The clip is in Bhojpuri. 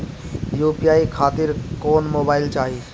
यू.पी.आई खातिर कौन मोबाइल चाहीं?